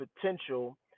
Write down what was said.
potential